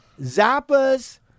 Zappa's